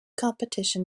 competition